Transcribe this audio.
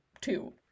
two